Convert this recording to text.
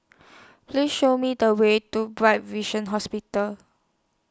Please Show Me The Way to Bright Vision Hospital